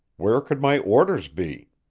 where could my orders be?